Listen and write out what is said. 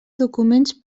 documents